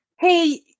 Hey